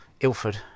Ilford